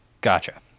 Gotcha